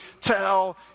tell